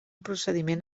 procediment